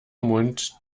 mund